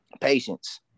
patience